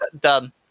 done